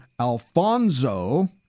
Alfonso